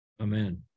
Amen